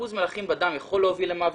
ריכוז מלחים בדם יכול להביא למוות,